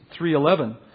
3:11